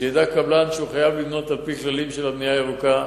שידע קבלן שהוא חייב לבנות על-פי כללים של הבנייה הירוקה,